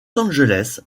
angeles